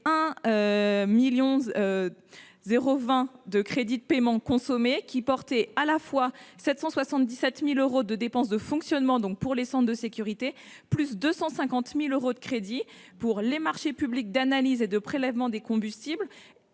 1000000 0 20 de crédits de paiement consommer qui portait à la fois 777000 euros de dépenses de fonctionnement, donc pour les 100 de sécurité, plus de 250000 euros de crédits pour les marchés publics d'analyses et de prélèvements des combustibles,